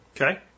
Okay